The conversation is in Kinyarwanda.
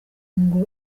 ngo